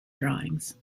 drawings